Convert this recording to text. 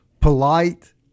polite